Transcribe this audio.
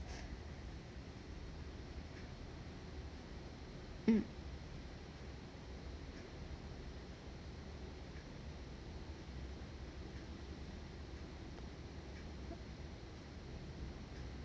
hmm